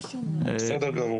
בסדר גמור.